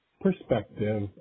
perspective